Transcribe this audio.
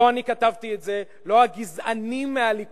לא אני כתבתי את זה, לא הגזענים מהליכוד,